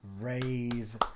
raise